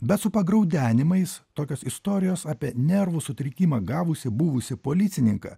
bet su pagraudenimais tokios istorijos apie nervų sutrikimą gavusį buvusį policininką